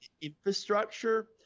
infrastructure